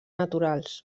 naturals